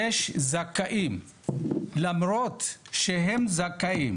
יש זכאים, למרות שהם זכאים